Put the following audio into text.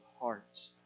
hearts